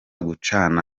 gucana